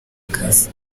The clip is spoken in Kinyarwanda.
akazi